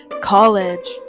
college